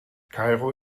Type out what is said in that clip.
kairo